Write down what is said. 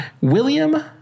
William